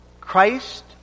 Christ